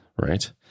right